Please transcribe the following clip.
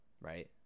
Right